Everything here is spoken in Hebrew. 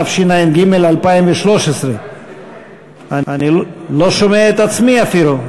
התשע"ג 2013. אני לא שומע את עצמי אפילו.